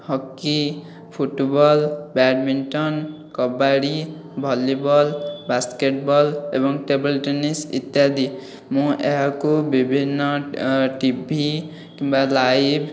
hockey football badminton kabaddi volleyball basketball ଏବଂ table tennis ଇତ୍ୟାଦି ମୁଁ ଏହାକୁ ବିଭିନ୍ନ ଟିଭି କିମ୍ବା ଲାଇଭ